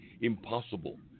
impossible